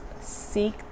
seek